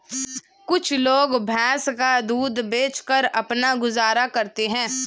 कुछ लोग भैंस का दूध बेचकर अपना गुजारा करते हैं